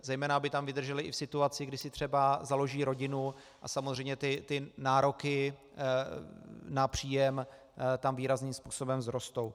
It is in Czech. Zejména aby tam vydrželi i v situaci, kdy si třeba založí rodinu a samozřejmě ty nároky na příjem tam výrazným způsobem vzrostou.